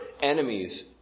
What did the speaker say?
enemies